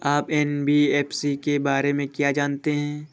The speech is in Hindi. आप एन.बी.एफ.सी के बारे में क्या जानते हैं?